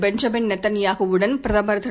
Benjamin நெதன்யாகுவுடன் பிரதமர் திரு